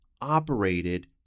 operated